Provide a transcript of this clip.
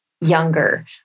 younger